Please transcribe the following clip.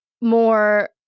more